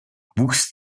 wuchs